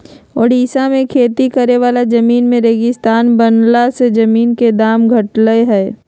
ओड़िशा में खेती करे वाला जमीन के रेगिस्तान बनला से जमीन के दाम घटलई ह